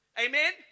Amen